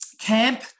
camp